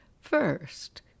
First